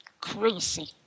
crazy